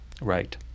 Right